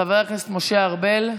חבר הכנסת משה ארבל,